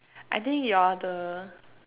I think you're the